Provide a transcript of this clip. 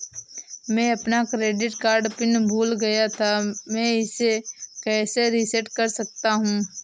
मैं अपना credit card PIN भूल गया था मैं इसे कैसे रीसेट कर सकता हूँ?